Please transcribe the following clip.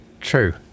true